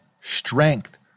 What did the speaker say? strength